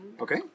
Okay